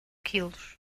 quilos